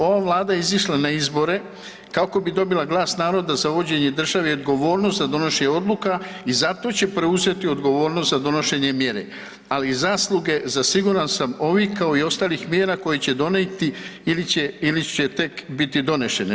Ova vlada je izišla na izbore kako bi dobila glas naroda za vođenje države i odgovornost za donošenje odluka i zato će preuzeti odgovornost za donošenje mjere, ali i zasluge za, siguran sam, ovih kao i ostalih mjera koje će donijeti ili će, ili će tek biti donešene.